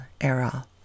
Era